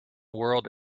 whirled